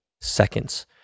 seconds